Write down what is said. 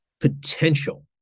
potential